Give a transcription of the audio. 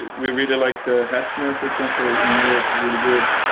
we really like the hetzner for example in europe. it's really good.